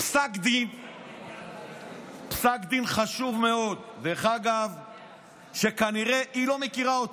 פסק דין חשוב מאוד, שכנראה היא לא מכירה אותו.